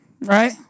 right